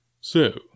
So